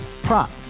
Prop